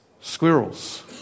squirrels